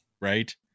right